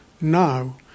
now